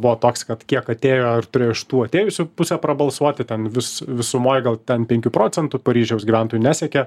buvo toks kad kiek atėjo ir turėjo iš tų atėjusių pusę prabalsuoti ten vis visumoj gal ten penkių procentų paryžiaus gyventojų neseikė